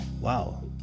Wow